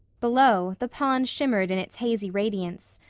below, the pond shimmered in its hazy radiance.